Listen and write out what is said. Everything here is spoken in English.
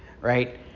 right